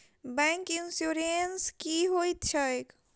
Bank insurance की होइत छैक?